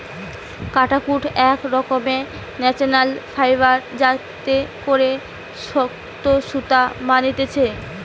কাটাকুট এক রকমের ন্যাচারাল ফাইবার যাতে করে শক্ত সুতা বানাতিছে